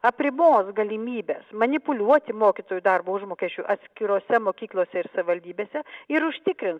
apribos galimybes manipuliuoti mokytojų darbo užmokesčiu atskirose mokyklose ir savivaldybėse ir užtikrins